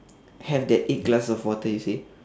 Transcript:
have that eight glass of water you see